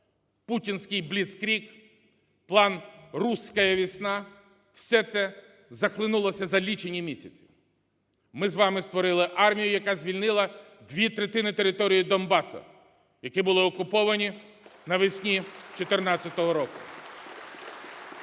путінський бліцкриг, план "Русская весна" – все це захлинулося за лічені місяці. Ми з вами створили армію, яка звільнила дві третини території Донбасу, які були окуповані навесні 2014 року.